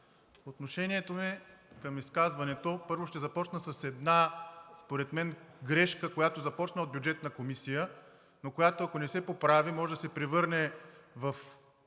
Отношението ми към изказването първо ще започна с една според мен грешка, която започна от Бюджетната комисия, която, ако не се поправи, може да се превърне в